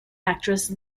actress